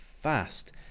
fast